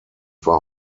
war